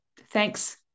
thanks